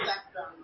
spectrum